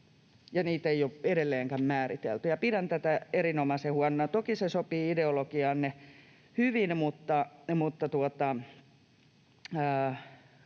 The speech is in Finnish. niitä ei ole edelleenkään määritelty, ja pidän tätä erinomaisen huonona. Toki se sopii ideologiaanne hyvin, mutta